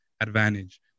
advantage